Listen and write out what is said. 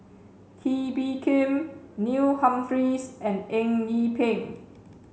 Kee Bee Khim Neil Humphreys and Eng Yee Peng